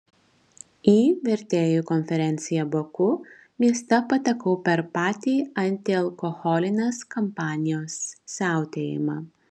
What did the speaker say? į vertėjų konferenciją baku mieste patekau per patį antialkoholinės kampanijos siautėjimą